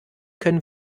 können